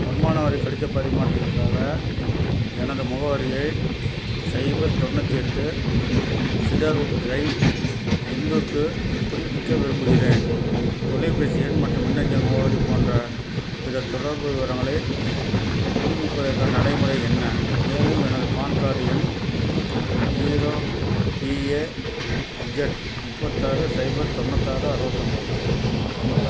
வருமான வரி கடிதப் பரிமாற்றத்திற்காக எனது முகவரியை சைபர் தொண்ணூற்றி எட்டு சிடர்வுட் டிரைவ் இந்தூர்க்கு புதுப்பிக்க விரும்புகிறேன் தொலைபேசி எண் மற்றும் மின்னஞ்சல் முகவரி போன்ற பிற தொடர்பு விவரங்களைப் புதுப்பிப்பதற்கான நடைமுறை என்ன மேலும் எனது பான் கார்டு எண் ஜீரோ பிஏஜெட் முப்பத்தாறு சைபர் தொண்ணூத்தாறு அறுபத்தொம்போது தொண்ணூத்தா